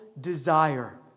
desire